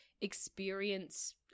experience